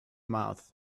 mouth